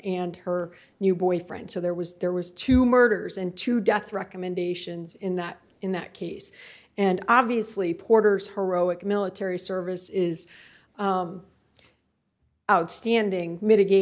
and her new boyfriend so there was there was two murders and two death recommendations in that in that case and obviously porter's heroic military service is outstanding mitigat